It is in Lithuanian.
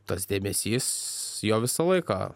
tas dėmesys jo visą laiką